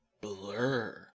blur